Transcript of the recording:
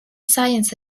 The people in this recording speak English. science